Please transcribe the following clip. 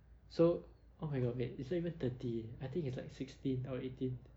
so oh my god wait it's not even thirty I think it's like sixteen or eighteen